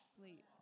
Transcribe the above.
sleep